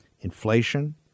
Inflation